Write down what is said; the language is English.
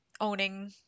owning